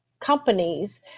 companies